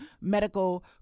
medical